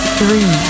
three